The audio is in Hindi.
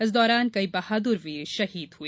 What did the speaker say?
इस दौरान कई बहादुर वीर शहीद हुए